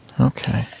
Okay